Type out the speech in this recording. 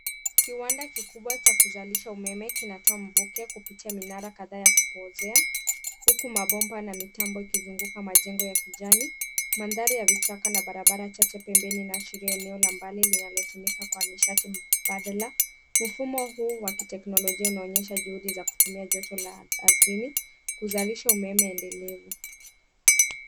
Kiwanda kikubwa cha kuzalisha umeme kinatoa mvuke kupitia mnara kadhaa mkubwa ya kupozea huku mabomba na mitambo yakizunguka majengo ya kijani, mandhari ya vichaka na barabara chache pembeni inaashiria eneo la mbali linalotumika kwa mishati mbadala ,mfumo huu wa kiteknolojia unaonyesha juhudi za kutumia joto la ardhini, kuzalisha umeme enedelevu.